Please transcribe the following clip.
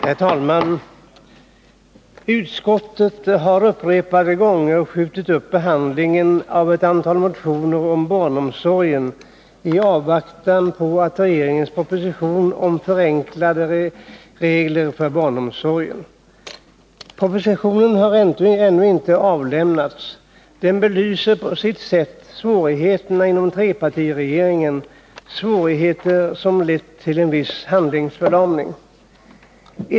Herr talman! Socialutskottet har upprepade gånger skjutit upp behandlingen av ett antal motioner om barnomsorgen i avvaktan på regeringens proposition om förenklade regler för barnomsorgen. Propositionen har ännu inte avlämnats. Detta belyser på sitt sätt svårigheterna inom trepartirege ringen, svårigheter som lett till en viss handlingsförlamning.